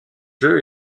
jeux